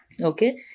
Okay